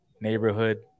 neighborhood